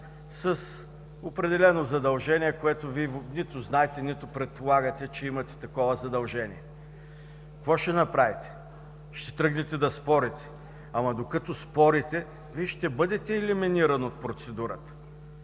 с определено задължение, което Вие нито знаете, нито предполагате, че имате такова задължение. Какво ще направите? Ще тръгнете да спорите? Докато спорите, Вие ще бъдете елиминиран от процедурата.